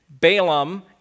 Balaam